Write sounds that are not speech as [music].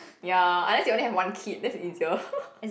ya unless you only have one kid that's easier [laughs]